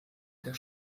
der